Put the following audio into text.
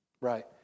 Right